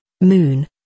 moon